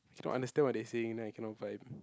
if you don't understand what they saying then I cannot vibe